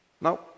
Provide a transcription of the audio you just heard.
Now